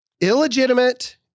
illegitimate